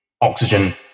oxygen